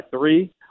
three